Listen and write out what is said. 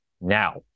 now